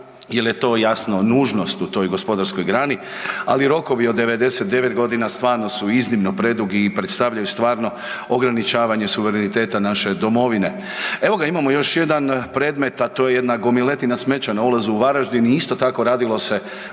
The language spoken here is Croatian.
jel je to jasno nužnost u toj gospodarskoj grani, ali rokovi od 99.g. stvarno su iznimno predugi i predstavljaju stvarno ograničavanje suvereniteta naše domovine. Evo ga, imamo još jedan predmet, a to je jedna gomiletina smeća na ulazu u Varaždin i isto tako radilo se